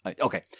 Okay